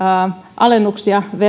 alennuksia